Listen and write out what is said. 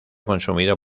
consumido